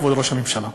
כבוד ראש הממשלה.